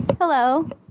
Hello